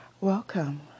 Welcome